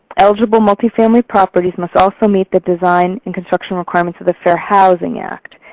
eligible multifamily properties must also meet the design and construction requirements of the fair housing act.